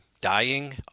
dying